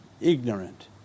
ignorant